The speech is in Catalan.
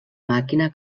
màquina